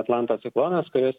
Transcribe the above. atlanto ciklonas kuris